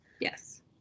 yes